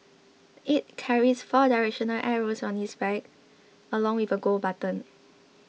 it carries four directional arrows on its back along with a Go button